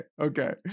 okay